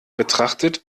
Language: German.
betrachtet